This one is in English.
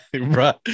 Right